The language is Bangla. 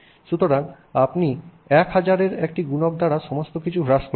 সুতরাং আপনি 1000 এর একটি গুণক দ্বারা সমস্ত কিছু হ্রাস করছেন